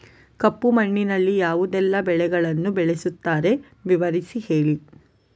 ಕಪ್ಪು ಮಣ್ಣಿನಲ್ಲಿ ಯಾವುದೆಲ್ಲ ಬೆಳೆಗಳನ್ನು ಬೆಳೆಸುತ್ತಾರೆ ವಿವರಿಸಿ ಹೇಳಿ